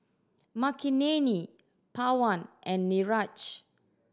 Makineni Pawan and Niraj